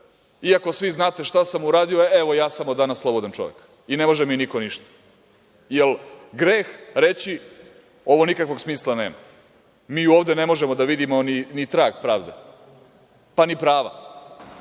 iako svi znate šta sam uradio, evo, ja sam od danas slobodan čovek i ne može mi niko ništa? Da li je greh reći ovo nikakvog smisla nema, mi ovde ne možemo da vidimo ni trag pravde, pa ni prava?